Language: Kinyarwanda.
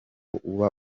uba